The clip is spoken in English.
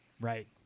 Right